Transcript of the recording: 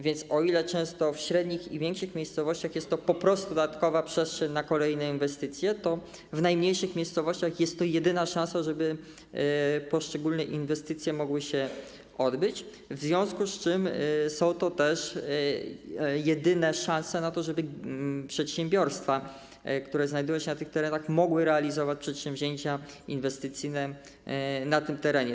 Więc o ile często w średnich i większych miejscowościach jest to po prostu dodatkowa przestrzeń na kolejne inwestycje, o tyle w najmniejszych miejscowościach jest to jedyna szansa na to, żeby poszczególne inwestycje mogły być zrealizowane, w związku z czym są to też jedyne szanse na to, żeby przedsiębiorstwa, które znajdują się na tych terenach, mogły realizować przedsięwzięcia inwestycyjne na tym terenie.